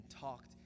talked